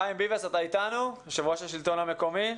חיים ביבס יו"ר מרכז השלטון המקומי,